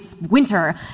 winter